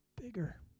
bigger